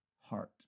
heart